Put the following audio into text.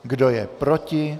Kdo je proti?